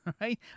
right